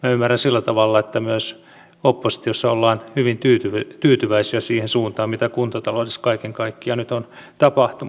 minä ymmärrän sillä tavalla että myös oppositiossa ollaan hyvin tyytyväisiä siihen suuntaan mitä kuntataloudessa kaiken kaikkiaan nyt on tapahtumassa